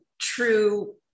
true